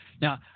Now